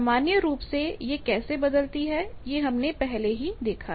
सामान्य रूप से यह कैसे बदलती है यह हमने पहले ही देखा है